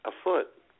afoot